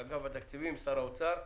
ואגף התקציבים, שר האוצר חייבים,